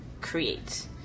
create